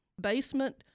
basement